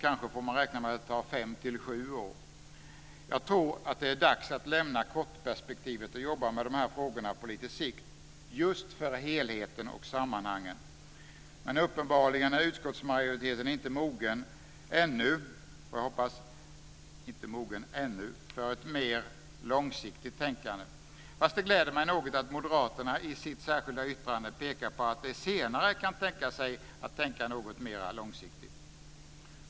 Kanske får man räkna med att det tar 5-7 år. Jag tror att det är dags att lämna kortperspektivet och jobba med de här frågorna på lite sikt, just för helheten och sammanhanget. Men uppenbarligen är utskottsmajoriteten ännu inte mogen för ett mer långsiktigt tänkande. Men det gläder mig något att moderaterna i sitt särskilda yttrande pekar på att de senare kan tänka sig att tänka något mera långsiktigt.